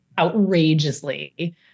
outrageously